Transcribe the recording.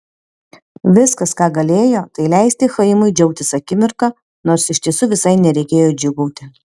viskas ką galėjo tai leisti chaimui džiaugtis akimirka nors iš tiesų visai nereikėjo džiūgauti